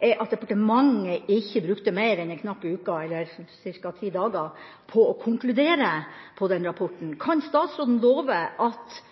at departementet ikke brukte mer enn en knapp uke, eller ca. ti dager, på å konkludere i den rapporten. Kan statsråden love at